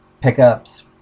pickups